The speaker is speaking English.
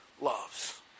loves